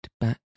back